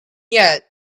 yet